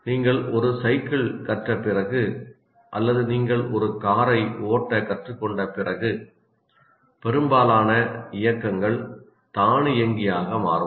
நீங்கள் ஒரு சைக்கிள் கற்ற பிறகு அல்லது நீங்கள் ஒரு காரை ஓட்ட கற்றுக்கொண்ட பிறகு பெரும்பாலான இயக்கங்கள் தானியங்கியாக மாறும்